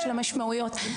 יש לה גם משמעויות רבות.